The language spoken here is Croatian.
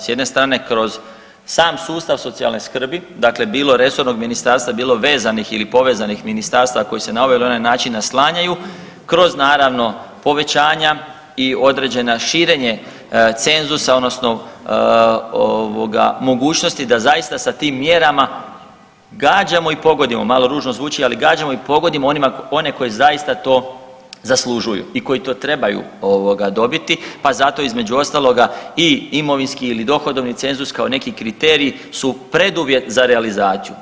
S jedne strane kroz sam sustav socijalne skrbi, dakle bilo resornog ministarstva, bilo vezanih ili povezanih ministarstava koji se na ovaj ili onaj način naslanjaju kroz naravno povećanja i određeno širenje cenzusa odnosno ovoga mogućnosti da zaista sa tim mjerama gađamo i pogodimo, malo ružno zvuči, ali gađamo i pogodimo one koji zaista to zaslužuju i koji to trebaju ovoga dobiti pa zato između ostaloga i imovinski ili dohodovni cenzus, kao neki kriterij su preduvjet za realizaciju.